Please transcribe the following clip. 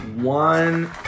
One